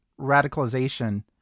radicalization